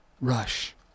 rush